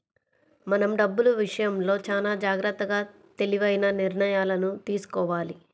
మనం డబ్బులు విషయంలో చానా జాగర్తగా తెలివైన నిర్ణయాలను తీసుకోవాలి